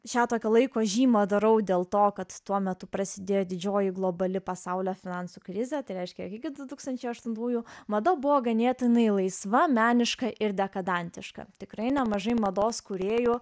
šią tokio laiko žymą darau dėl to kad tuo metu prasidėjo didžioji globali pasaulio finansų krizė tai reiškia jog iki du tūkstančiai aštuntųjų manau buvo ganėtinai laisva meniška ir dekadentiška tikrai nemažai mados kūrėjų